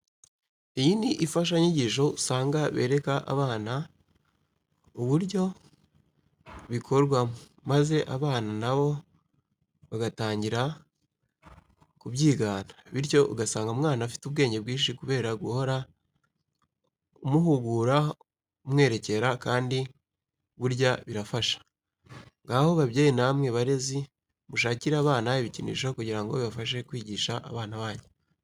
Iyi ni imfashanyigisho usanga bereka abana uburyo bikorwamo maze abana na bo bagatangira kubyigana, bityo ugasanga umwana afite ubwenge bwinshi kubera guhora umuhugura umwerekera kandi burya birafasha. Ngaho babyeyi namwe barezi mushakire abana ibikinisho kugira ngo bibafashe kwigisha abana banyu.